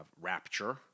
Rapture